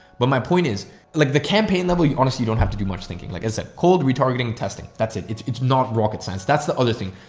but my point is like the campaign level, you honestly, you don't have to do much thinking, like i said, cold retargeting and testing. that's it. it's it's not rocket science. that's the other thing.